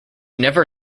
never